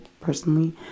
personally